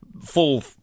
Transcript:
full